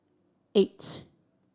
eight